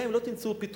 גם אם לא תמצאו פתרונות,